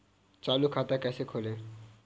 चालू खाता कैसे खोलें?